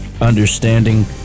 understanding